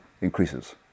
increases